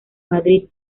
madrid